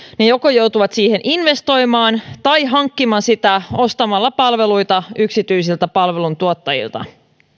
ne joko joutuvat siihen investoimaan tai hankkimaan sitä ostamalla palveluita yksityisiltä palveluntuottajilta